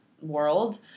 world